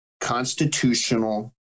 constitutional